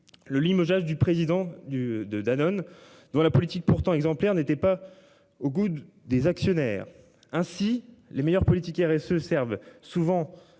le limogeage du président du de Danone dans la politique pourtant exemplaire n'était pas au goût des actionnaires. Ainsi les meilleurs Politiker et se. Souvent